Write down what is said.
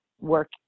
work